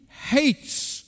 hates